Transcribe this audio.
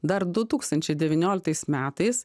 dar du tūkstančiai devynioliktais metais